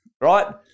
right